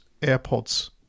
AirPods